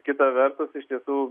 kita vertus iš tiesų